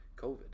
COVID